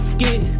get